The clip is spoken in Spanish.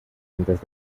antes